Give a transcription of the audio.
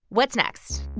what's next?